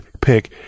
pick